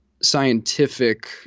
Scientific